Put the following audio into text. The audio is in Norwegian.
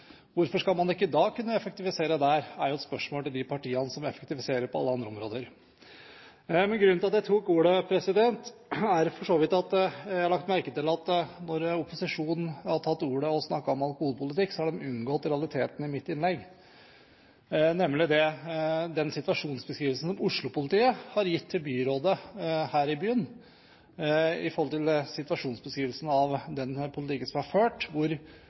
Hvorfor skal man ikke da kunne effektivisere der, er et spørsmål til de partiene som effektiviserer på alle andre områder. Grunnen til at jeg tok ordet, er for så vidt at jeg har lagt merke til at når opposisjonen har tatt ordet og snakket om alkoholpolitikk, så har de unngått realiteten i mitt innlegg, nemlig den situasjonsbeskrivelsen Oslo-politiet har gitt til byrådet her i byen når det gjelder den politikken som har vært ført, hvor